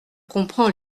comprends